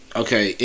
okay